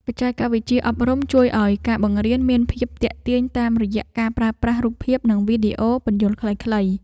បច្ចេកវិទ្យាអប់រំជួយឱ្យការបង្រៀនមានភាពទាក់ទាញតាមរយៈការប្រើប្រាស់រូបភាពនិងវីដេអូពន្យល់ខ្លីៗ។